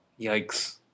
Yikes